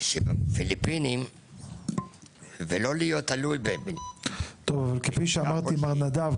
של הפיליפינים ולא להיות תלוי --- מר נדב,